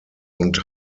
und